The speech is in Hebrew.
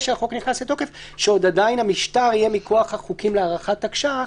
שהחוק נכנס לתוקף שהמשטר עוד יהיה מכוח החוקים להארכת תקש"ח.